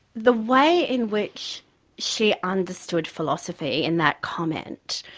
the way in which she understood philosophy, in that comment,